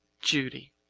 judy